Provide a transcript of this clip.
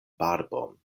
barbon